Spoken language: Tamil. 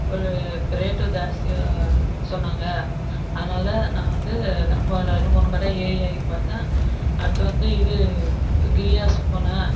ஒரு ரேட்டும் ஜாஸ்தியாக சொன்னாங்க அதனால் நான் வந்து ரெண்டு மூணு கடை ஏறி இறங்கி பார்த்தா அடுத்து வந்து இது கிரியாஸு போனேன்